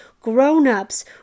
Grown-ups